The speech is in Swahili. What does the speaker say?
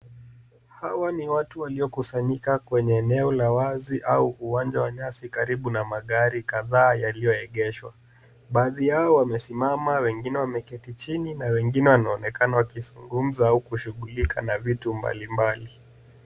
Hawa ni watu walio kusanyika kwenye eneo la wazi au uwanja wa nyasi karibu na magari kadhaa yaliyoegeshwa . Baadhi yao wamesimama wengine wameketi chini na wengine wanaonekana wakizungumza na kushughulika na vitu mbalimbali.